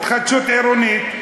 התחדשות עירונית,